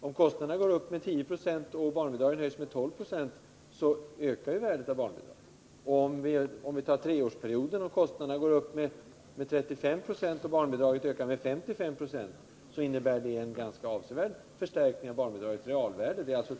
Om kostnaderna ökar med 10926 och barnbidraget under samma tid med 12 96, då ökar värdet av barnbidraget. Under treårsperioden har kostnaderna ökat 35 26, men barnbidraget har ökat med 55 26. Det innebär en ganska avsevärd förstärkning av barnbidragets realvärde.